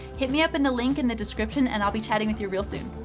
hit me up in the link in the description and i'll be chatting with you real soon.